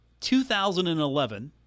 2011